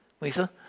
Lisa